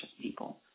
people